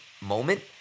moment